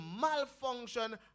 malfunction